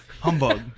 Humbug